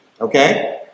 okay